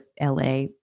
LA